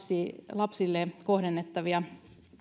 lapsille kohdennettavia